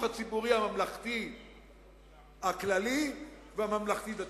הציבורי הממלכתי הכללי והממלכתי-דתי.